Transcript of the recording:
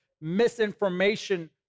misinformation